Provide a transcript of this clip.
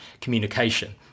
communication